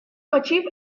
achieve